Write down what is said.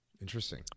Interesting